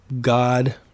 God